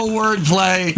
wordplay